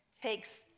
takes